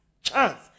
chance